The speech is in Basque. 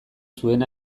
zuen